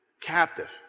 Captive